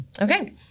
Okay